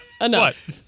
enough